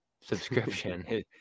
Subscription